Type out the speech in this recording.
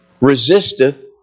resisteth